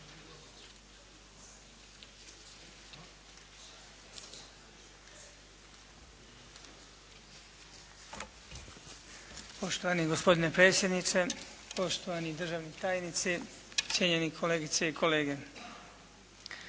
Poštovani gospodine predsjedniče, poštovani državni tajnici, cijenjeni kolegice i kolege.